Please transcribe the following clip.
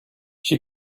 she